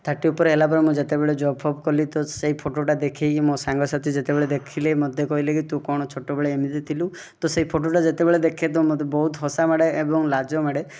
thirty ଉପରେ ହେଲାପରେ ମୁଁ ଯେତେବେଳେ ଜବ୍ଫବ୍ କଲି ତ ସେଇ ଫଟୋଟା ଦେଖାଇକି ମୋ ସାଙ୍ଗସାଥି ଯେତେବେଳେ ଦେଖିଲେ ମୋତେ କହିଲେ କି ତୁ କ'ଣ ଛୋଟବେଳେ ଏମିତି ଥିଲୁ ତ ସେଇ ଫଟୋଟା ଯେତେବେଳେ ଦେଖେ ମୋତେ ତ ବହୁତ ହସ ମାଡ଼େ ଏବଂ ଲାଜ ମାଡ଼େ